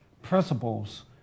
principles